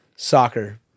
Soccer